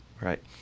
right